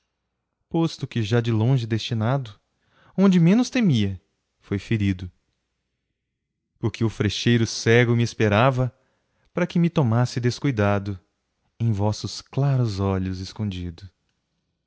longe destinado onde menos temia foi ferido porque o frecheiro cego me esperava para que me tomasse descuidado em vossos claros olhos escondido